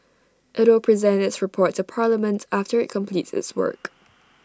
IT will present its report to parliament after IT completes its work